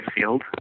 field